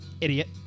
Idiot